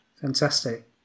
Fantastic